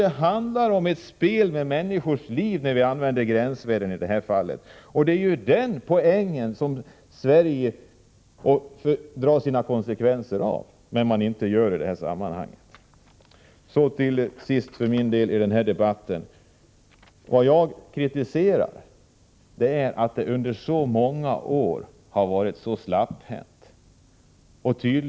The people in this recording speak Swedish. Det handlar om ett spel med människors liv när vi använder gränsvärden i det här fallet, och det är på den punkten som det blir konsekvenser för Sverige. Till sist: Vad jag kritiserar är att det under så många år har varit en sådan släpphänthet.